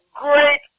great